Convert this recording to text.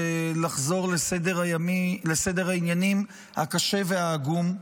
לחזור לסדר העניינים הקשה והעגום.